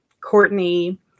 Courtney